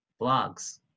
Blogs